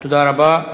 תודה רבה.